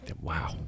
Wow